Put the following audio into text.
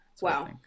wow